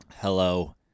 Hello